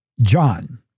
John